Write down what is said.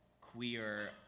queer